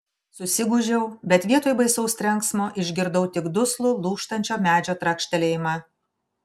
susigūžiau bet vietoj baisaus trenksmo išgirdau tik duslų lūžtančio medžio trakštelėjimą